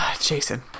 Jason